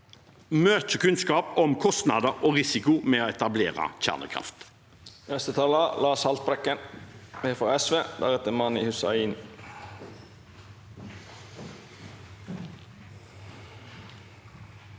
mye kunnskap om kostnader og risiko med å etablere kjernekraft.